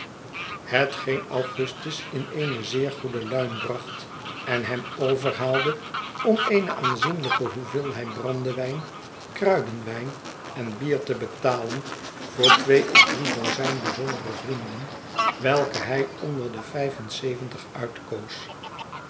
augustus in eene zeer goede luim bractit en hem overhaalde om eene aanzienlijke hoeveelheid brandewijn kruidenwijn en bier te betalen voor twee of drie dozijn bijzondere vrienden welke hij onder de vijf en zeventig